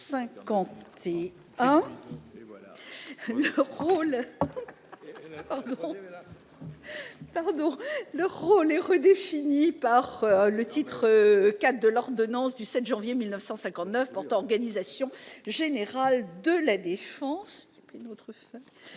leur rôle a été redéfini par le titre IV de l'ordonnance du 7 janvier 1959 portant organisation générale de la défense.